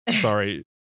sorry